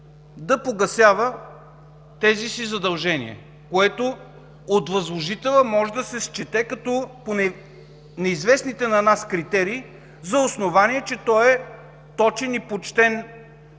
да погасява тези си задължения, което от възложителя може да се счете, по неизвестните на нас критерии, за основание, че той е точен и почтен